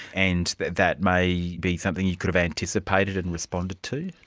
and that that may be something you could have anticipated and responded to?